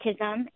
autism